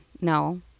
no